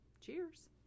Cheers